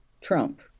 Trump